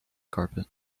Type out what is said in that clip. carpet